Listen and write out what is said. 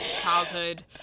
childhood